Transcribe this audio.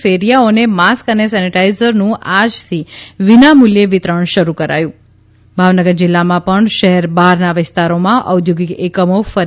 ફેરીયાઓને mask અને સેનેટાઇઝરનું આજથી વિના મૂલ્યે વિતરણ શરૂ કરાયું ભાવનગર જિલ્લામાં પણ શહેર બહારના વિસ્તારોમાં ઔદ્યોગિક એકમો ફરી